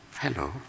Hello